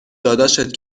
داداشت